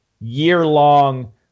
year-long